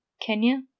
Kenya